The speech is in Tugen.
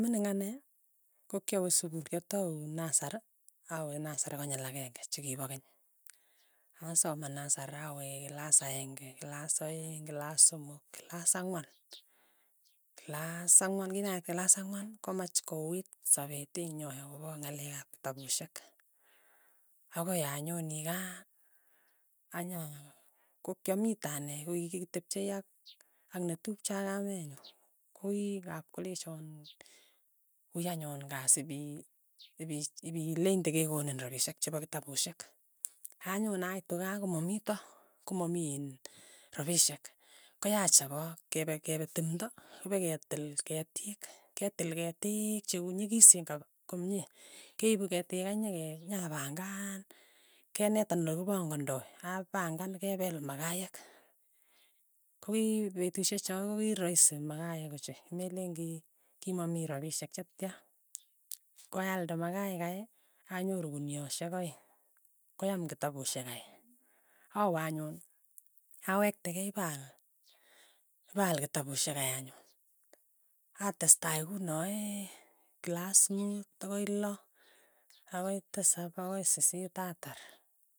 Mining ane, ko kyawe sukul, kyatau nasar awe nasar konyil akenge chikipo keny, asoman nasar aweee kilas aeng'e kilas aeng' kilas somok kilas ang'wan, kinait kilas ang'wan komach ko uuit sapet ang' yoe akopa ng'alek ap kitapushek, akoi anyoni kaa. anya ko kyamitanei ko kikitepchei ak ak netupcho ak kamenyu, koking'ap kolechon wui anyun ka sipi ipi- ipileinte kekonik rapishek chepo kitapushek, anyo naitu kaa komamito, komami miin rapishek, koyaach awa kepe kepe timto kopeketil ketiik, ketil ketiik cheu nyikisen kap komye, ke ipu ketik kei nyeke nyapangan, kenetan olekipang'adai, apang'an kepeel makaiyek, kokii petushek cho kokiraisi makayek ochei, meleen ki kimamii rapishek chetya, koyalde makayek kei, anyoru kunieshek aeng', koyam kitapushek kei, awe anyun, awektekei ipaal ipaal kitapushek kei anyun, atestai kunoee klas muut akoi lo, akoi tisap, akoi sisiit atar.